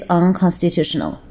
unconstitutional